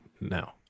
No